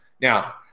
Now